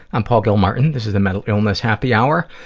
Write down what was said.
i'm paul gilmartin. this is the mental illness happy hour,